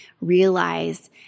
realize